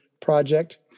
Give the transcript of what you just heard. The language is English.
project